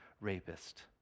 rapist